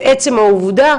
עצם העובדה,